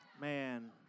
Man